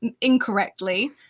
incorrectly